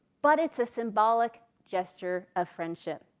but it's a symbolic gesture of friendship.